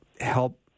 help